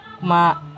Ma